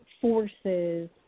forces